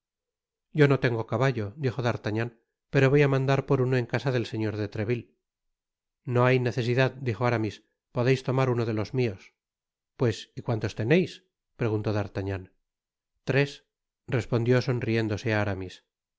yo no tengo caballo dijo d'artagnan pero voy á mandar por uno en casa del señor de treville no hay necesidad dijo aramis podeis tomar uno de los mios pues y cuántos teneis preguntó d'artagnan tres respondió sonriéndose aramis